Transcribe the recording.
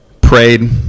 Prayed